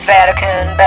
Vatican